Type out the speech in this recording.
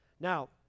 Now